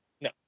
No